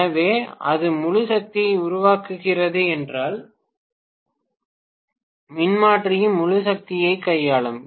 எனவே அது முழு சக்தியை உருவாக்குகிறது என்றால் மின்மாற்றியும் முழு சக்தியைக் கையாளும்